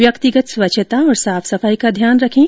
व्यक्तिगत स्वच्छता और साफ सफाई का ध्यान रखें